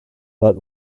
but